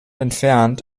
entfernt